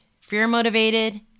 fear-motivated